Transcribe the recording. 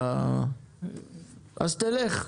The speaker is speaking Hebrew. תלך.